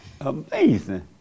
Amazing